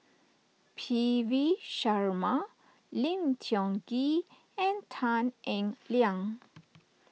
P V Sharma Lim Tiong Ghee and Tan Eng Liang